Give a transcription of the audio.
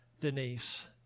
Denise